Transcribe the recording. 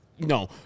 No